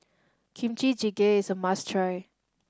Kimchi Jjigae is a must try